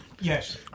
Yes